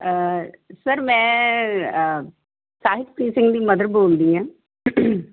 sir ਮੈਂ ਸਾਹਿਤਪ੍ਰੀਤ ਸਿੰਘ ਦੀ mother ਬੋਲਦੀ ਹਾਂ